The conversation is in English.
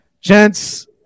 Gents